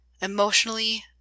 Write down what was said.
Emotionally